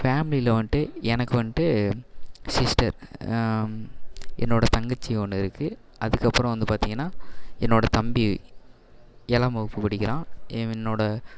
ஃபேமிலியில் வந்துட்டு எனக்கு வந்துட்டு சிஸ்டர் என்னோட தங்கச்சி ஒன்று இருக்குது அதுக்கு அப்புறோம் வந்து பார்த்தீங்கன்னா என்னோட தம்பி ஏழாம் வகுப்பு படிக்கிறான் என்னோட